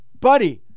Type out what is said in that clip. buddy